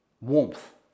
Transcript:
warmth